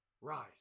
rise